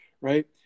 right